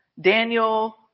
Daniel